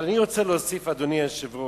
אבל אני רוצה להוסיף, אדוני היושב-ראש: